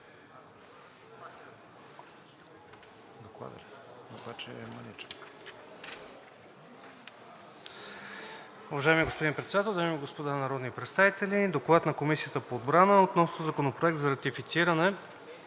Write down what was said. „ДОКЛАД на Комисията по отбрана относно Законопроект за ратифициране